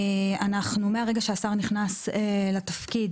מהרגע שהשר נכנס לתפקיד,